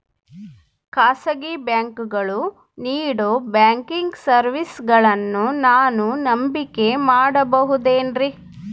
ಖಾಸಗಿ ಬ್ಯಾಂಕುಗಳು ನೇಡೋ ಬ್ಯಾಂಕಿಗ್ ಸರ್ವೇಸಗಳನ್ನು ನಾನು ನಂಬಿಕೆ ಮಾಡಬಹುದೇನ್ರಿ?